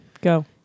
Go